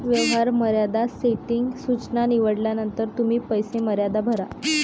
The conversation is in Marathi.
व्यवहार मर्यादा सेटिंग सूचना निवडल्यानंतर तुम्ही पैसे मर्यादा भरा